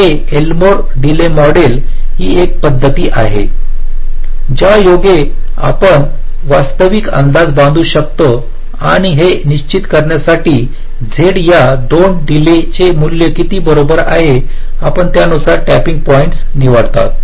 आणि हे Elmore delay model ही एक पद्धत आहे ज्यायोगे आपण वास्तविक अंदाज बांधू शकता आणि हे निश्चित करण्यासाठी z या 2 डिलेचे मूल्य किती बरोबर आहे आपण त्यानुसार टॅपिंग पॉईंट निवडता